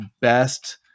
best